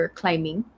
climbing